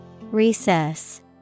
Recess